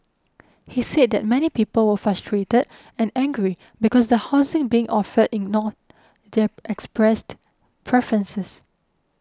he said that many people were frustrated and angry because the housing being offered ignored their expressed preferences